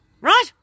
right